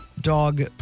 dog